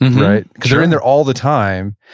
right? because they're in there all the time.